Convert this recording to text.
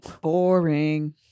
Boring